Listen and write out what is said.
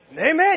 amen